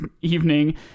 evening